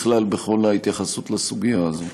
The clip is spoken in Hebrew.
בכלל, בכל ההתייחסות לסוגיה הזאת.